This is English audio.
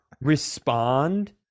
respond